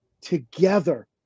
together